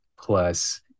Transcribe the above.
plus